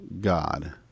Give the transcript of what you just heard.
God